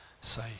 say